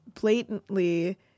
blatantly